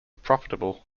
profitable